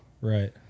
Right